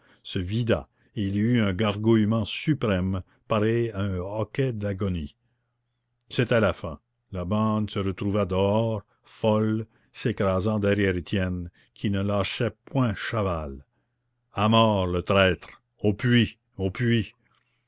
se vida et il y eut un gargouillement suprême pareil à un hoquet d'agonie c'était la fin la bande se retrouva dehors folle s'écrasant derrière étienne qui ne lâchait point chaval a mort le traître au puits au puits